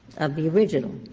of the original.